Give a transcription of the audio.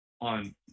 on